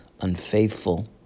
unfaithful